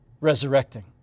resurrecting